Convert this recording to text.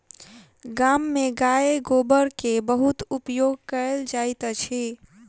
गाम में गाय गोबर के बहुत उपयोग कयल जाइत अछि